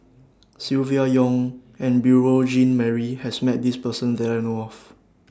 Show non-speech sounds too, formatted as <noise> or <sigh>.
<noise> Silvia Yong and Beurel Jean Marie has Met This Person that I know of